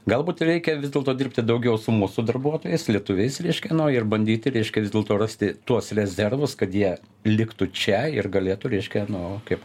galbūt reikia vis dėlto dirbti daugiau su mūsų darbuotojais lietuviais reiškia no ir bandyti reiškia vis dėlto rasti tuos rezervus kad jie liktų čia ir galėtų reiškia nu kaip